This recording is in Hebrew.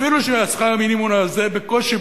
אפילו ששכר המינימום הזה בקושי,